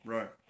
Right